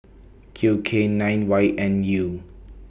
Q K nine Y N U